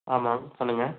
ஆமாம் சொல்லுங்கள்